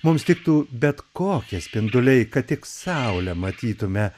mums tiktų bet kokie spinduliai kad tik saulę matytume